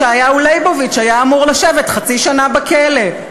ישעיהו ליבוביץ היה אמור לשבת חצי שנה בכלא.